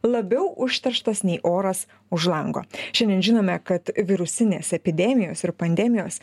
labiau užterštas nei oras už lango šiandien žinome kad virusinės epidemijos ir pandemijos